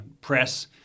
press